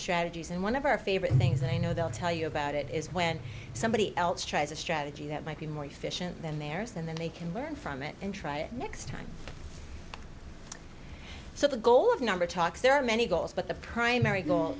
strategies and one of our favorite things that i know they'll tell you about it is when somebody else tries a strategy that might be more efficient than theirs then they can learn from it and try it next time so the goal of number talks there are many goals but the primary goal